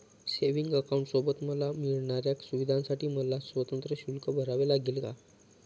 Savings अकाउंटसोबत मला मिळणाऱ्या सुविधांसाठी मला स्वतंत्र शुल्क भरावे लागेल का?